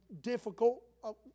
difficult